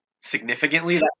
significantly